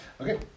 Okay